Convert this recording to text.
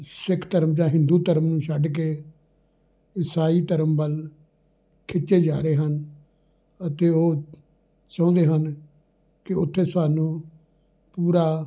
ਸਿੱਖ ਧਰਮ ਜਾਂ ਹਿੰਦੂ ਧਰਮ ਨੂੰ ਛੱਡ ਕੇ ਈਸਾਈ ਧਰਮ ਵੱਲ ਖਿੱਚੇ ਜਾ ਰਹੇ ਹਨ ਅਤੇ ਉਹ ਚਾਹੁੰਦੇ ਹਨ ਕਿ ਉੱਥੇ ਸਾਨੂੰ ਪੂਰਾ